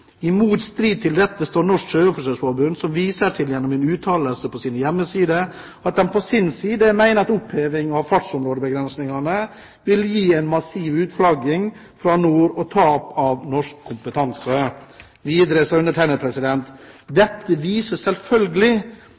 til dette står Norsk Sjøoffisersforbund, som viser til gjennom en uttalelse på sin hjemmeside at de på sin side mener at oppheving av fartsområdebegrensningene vil kunne gi en «massiv utflagging fra NOR og tap av norsk kompetanse.»» Videre sa undertegnede: «Dette viser selvfølgelig